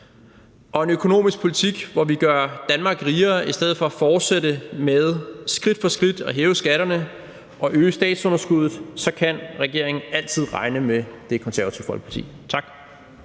og en økonomisk politik, hvor vi gør Danmark rigere i stedet for at fortsætte med skridt for skridt at hæve skatterne og øge statsunderskuddet, så kan regeringen altid regne med Det Konservative Folkeparti. Tak.